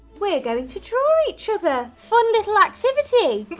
we're going to draw each other. fun little activity.